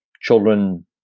children